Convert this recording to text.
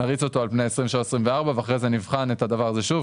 נריץ אותו על פני 2023-2024 ואחרי זה נבחן את הדבר הזה שוב.